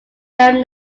very